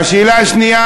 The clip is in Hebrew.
השאלה השנייה